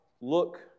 look